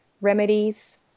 remedies